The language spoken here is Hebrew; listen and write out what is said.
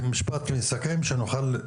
משפט מסכם בבקשה.